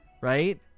right